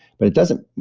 but it doesn't.